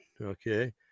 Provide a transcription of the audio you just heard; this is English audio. okay